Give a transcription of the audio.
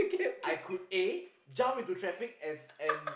I could A jump into traffic as and